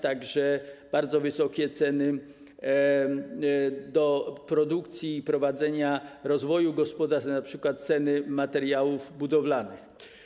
Także bardzo wysokie są ceny produkcji i prowadzenia rozwoju gospodarstw, np. ceny materiałów budowlanych.